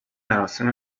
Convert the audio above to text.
مراسم